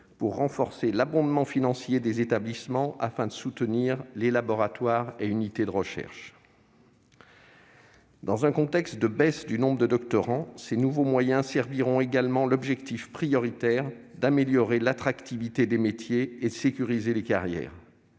pour renforcer l'abondement financier des établissements, afin de soutenir les laboratoires et unités de recherche. Dans un contexte de baisse du nombre de doctorants, ces nouveaux moyens serviront également l'objectif prioritaire d'améliorer l'attractivité des métiers et de sécuriser les carrières